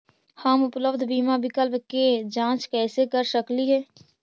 हम उपलब्ध बीमा विकल्प के जांच कैसे कर सकली हे?